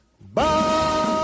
Bye